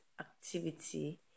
activity